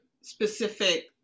specific